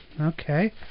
Okay